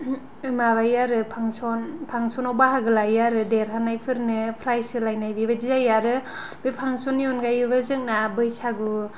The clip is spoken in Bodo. माबायो आरो फांशन फांशनाव बाहागो लायो आरो देरहानाय फोरनो प्राइज होलायनाय बेबायदि जायो आरो बे फांशननि अनगायैबो जोंना बैसागु